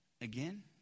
again